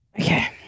okay